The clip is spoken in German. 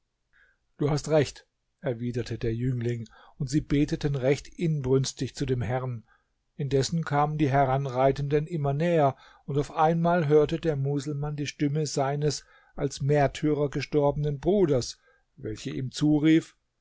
du hast recht erwiderte der jüngling und sie beteten recht inbrünstig zu dem herrn indessen kamen die heranreitenden immer näher und auf einmal hörte der muselmann die stimme seines als märtyrer gestorbenen bruders welche ihm zurief